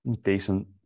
Decent